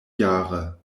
jare